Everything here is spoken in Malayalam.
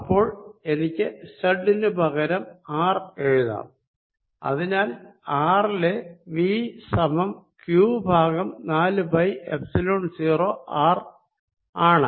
ഇപ്പോൾ എനിക്ക് z നു പകരം R എഴുതാം അതിനാൽ R ലെ V സമം Q ബൈ നാലു പൈ എപ്സിലോൺ 0 R ആണ്